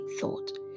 thought